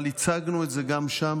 אבל הצגנו את זה גם שם,